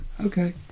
Okay